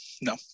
No